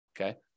okay